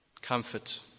Comfort